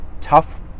tough